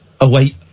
Away